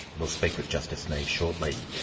we'll speak with justice neave shortly.